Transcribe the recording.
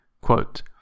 Quote